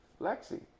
Lexi